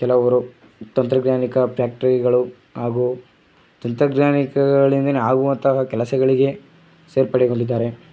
ಕೆಲವರು ತಂತ್ರಜ್ಞಾನಿಕ ಫ್ಯಾಕ್ಟ್ರಿಗಳು ಹಾಗೂ ತಂತ್ರಜ್ಞಾನಿಕಗಳಿಂದಲೇ ಆಗುವಂತಹ ಕೆಲಸಗಳಿಗೆ ಸೇರ್ಪಡೆಗೊಂಡಿದ್ದಾರೆ